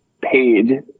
paid